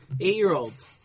Eight-year-olds